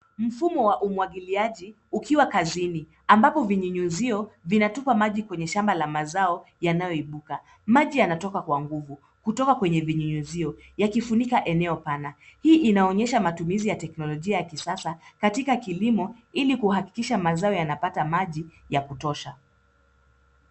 Mfumo wa umwagiliaji ukiwa kazini, ambapo vinyunyuzio vinatupa maji kwenye shamba la mazao yanayoibuka. Maji yanatoka kwa nguvu kutoka kwenye vinyunyuzio, yakifunika eneo pana. Hii inaonyesha matumizi ya teknolojia ya kisasa katika kilimo, ili kuhakikisha mazao yanapata maji ya kutosha.